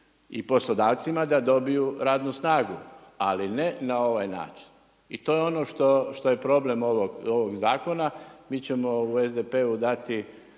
i poslodavcima da dobiju radnu snagu, ali ne na ovaj način. I to je ono što je problem ovog zakona, mi ćemo u SDP-u dati